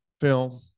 film